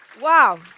Wow